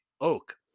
Oak